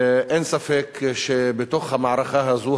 אין ספק שבתוך המערכה הזאת,